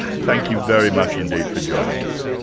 thank you very much indeed for joining us.